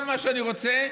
כל מה שאני רוצה,